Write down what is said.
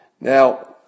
Now